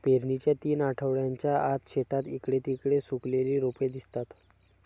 पेरणीच्या तीन आठवड्यांच्या आत, शेतात इकडे तिकडे सुकलेली रोपे दिसतात